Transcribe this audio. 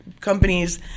companies